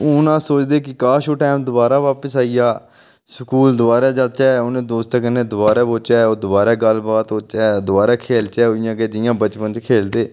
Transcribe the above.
हून अस सोचदे कि काश ओह् टाइम दबारा बापस आई जा स्कूल दबारा जाचै उ'न दोस्तें कन्नै दबारा बौह्चै ओह् दबारा गल्ल बात होऐ दबार खेढचै उइयां जि'यां बचपन च खेढदे हे